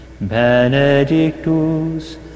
benedictus